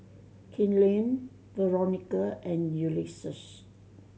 Keenen Veronica and Ulysses